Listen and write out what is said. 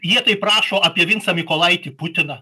jie taip rašo apie vincą mykolaitį putiną